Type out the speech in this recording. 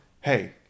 hey